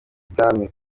ibwami